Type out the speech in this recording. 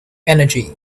energy